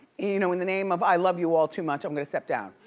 you know in the name of i love you all too much, i'm gonna step down.